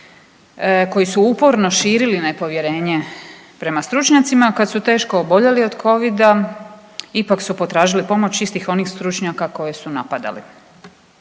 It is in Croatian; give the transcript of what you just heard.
koji su uporno širili nepovjerenje prema stručnjacima kad su teško oboljeli od Covida ipak su potražili pomoć istih onih stručnjaka koje su napadali.